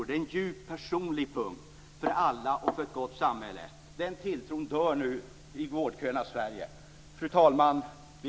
Detta är en djupt personlig punkt för alla och för ett gott samhälle. Den tilltron dör nu i vårdköernas Sverige. Fru talman!